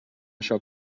això